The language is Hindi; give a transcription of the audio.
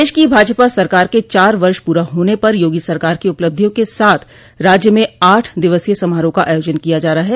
प्रदेश की भाजपा सरकार के चार वर्ष पूरा होने पर योगी सरकार की उपलब्धियों के साथ राज्य में आठ दिवसीय समारोह का आयोजन किया जा रहा है